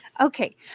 okay